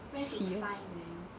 where to find man